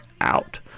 out